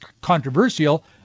controversial